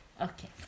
Okay